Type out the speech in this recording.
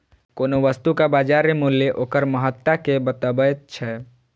कोनो वस्तुक बाजार मूल्य ओकर महत्ता कें बतबैत छै